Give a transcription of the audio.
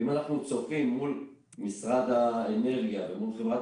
אם אנחנו צופים מול משרד האנרגיה ומול חברת